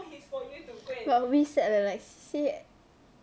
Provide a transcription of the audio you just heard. but a bit sad leh like C_C_A